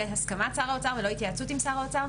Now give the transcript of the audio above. "הסכמת שר האוצר" ולא "התייעצות עם שר האוצר"?